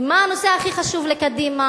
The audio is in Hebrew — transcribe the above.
ומה הנושא הכי חשוב לקדימה?